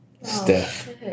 Steph